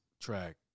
track